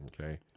Okay